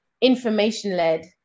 information-led